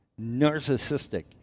narcissistic